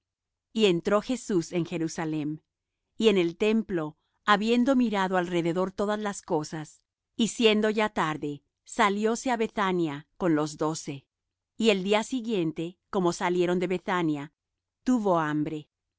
y entró jesús en jerusalem y en el templo y habiendo mirado alrededor todas las cosas y siendo ya tarde salióse á bethania con los doce y el día siguiente como salieron de bethania tuvo hambre